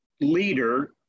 leader